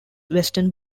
western